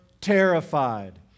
terrified